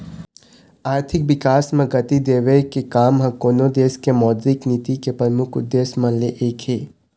आरथिक बिकास म गति देवई के काम ह कोनो देश के मौद्रिक नीति के परमुख उद्देश्य म ले एक हे